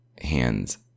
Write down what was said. hands